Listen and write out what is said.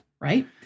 Right